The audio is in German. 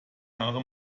haare